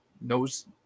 knows